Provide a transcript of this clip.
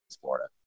Florida